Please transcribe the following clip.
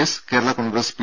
S Kerala Congress P